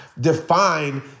define